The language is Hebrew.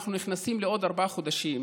שאנחנו נכנסים לעוד ארבעה חודשים